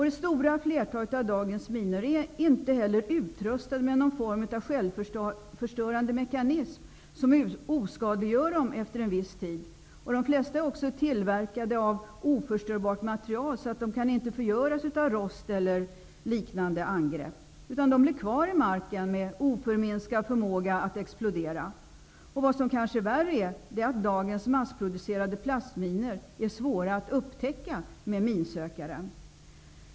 Det stora flertalet av dagens minor är inte heller utrustade med någon form av självförstörande mekanism, som oskadliggör dem efter en viss tid. De flesta är dessutom tillverkade av oförstörbart material, så de kan inte förgöras av rost eller liknande angrepp. De blir kvar i marken med oförminskad förmåga att explodera. Vad värre är, dagens massproducerade plastminor är svåra att upptäcka med minsökare.